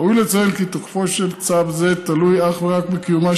ראוי לציין כי תוקפו של צו זה תלוי אך ורק בקיומה